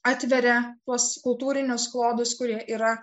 atveria tuos kultūrinius klodus kurie yra